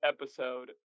episode